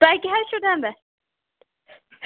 تۅہہِ کیٛاہ حظ چھُو دَنٛدَس